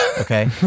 Okay